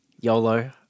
YOLO